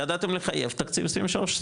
ידעתם לחייב תקציב 23-24,